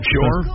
Sure